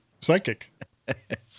psychic